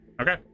Okay